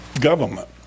government